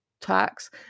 tax